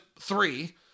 three